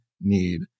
need